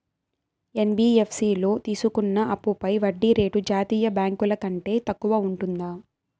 NBFC లో తీసుకున్న అప్పుపై వడ్డీ రేటు జాతీయ బ్యాంకు ల కంటే తక్కువ ఉంటుందా?